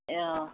অঁ